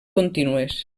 contínues